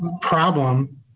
problem